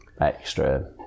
extra